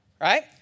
right